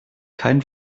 kein